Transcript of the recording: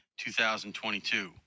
2022